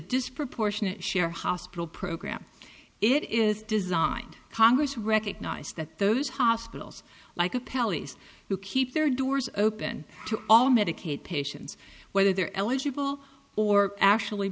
disproportionate share hospital program it is designed congress recognized that those hospitals like a pelleas who keep their doors open to all medicaid patients whether they're eligible or actually